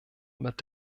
mit